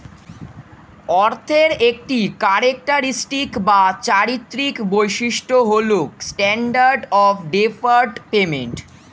অর্থের একটি ক্যারেক্টারিস্টিক বা চারিত্রিক বৈশিষ্ট্য হল স্ট্যান্ডার্ড অফ ডেফার্ড পেমেন্ট